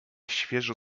świeżo